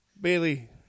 Bailey